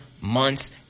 months